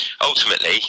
ultimately